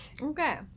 Okay